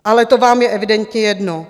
Ale to vám je evidentně jedno.